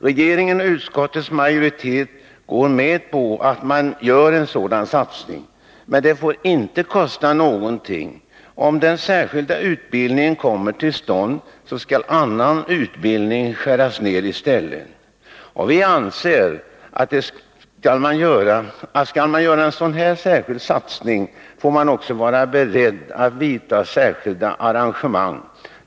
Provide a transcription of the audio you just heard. Regeringen och utskottets majoritet går med på att man gör en sådan satsning, men det får inte kosta någonting. Om denna särskilda utbildning kommer till stånd, skall annan utbildning skäras ner i stället. Vi anser att skall man göra en sådan här särskild satsning, får man också vara beredd att vidta särskilda arrangemang.